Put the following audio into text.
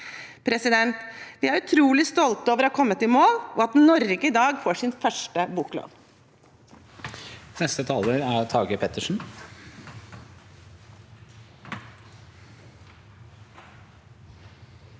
fagverkene. Vi er utrolig stolte over å ha kommet i mål og over at Norge i dag får sin første boklov.